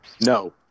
No